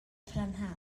prynhawn